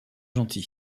gentil